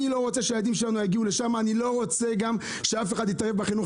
אני לא רוצה שהילדים שלנו יגיעו לשם ואני לא רוצה שאף אחד יתערב בחינוך